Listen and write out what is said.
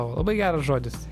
labai geras žodis